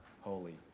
holy